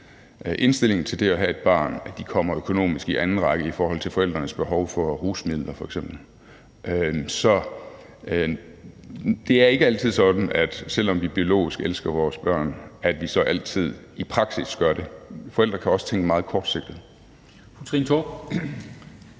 indstilling til det at have et barn, at de kommer i anden række økonomisk i forhold til forældrenes behov for rusmidler f.eks. Så det er ikke altid sådan, at vi, selv om vi biologisk elsker vores børn, altid gør det i praksis. Forældre kan også tænke meget kortsigtet.